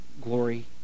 glory